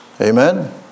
Amen